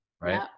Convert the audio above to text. right